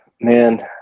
man